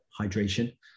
hydration